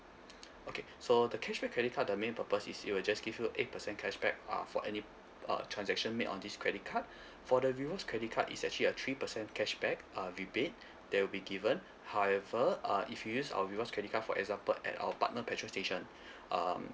okay so the cashback credit card the main purpose is it will just give you eight percent cashback uh for any uh transaction made on this credit card for the rewards credit card it's actually a three percent cashback uh rebate that will be given however uh if you use our rewards credit card for example at our partner petrol station um